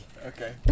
Okay